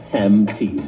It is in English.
empty